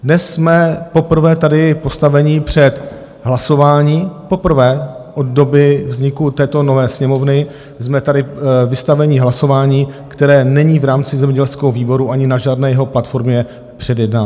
Dnes jsme poprvé tady postaveni před hlasování, poprvé od doby vzniku této nové Sněmovny jsme tady vystaveni hlasování, které není v rámci zemědělského výboru ani na žádné jeho platformě předjednáno.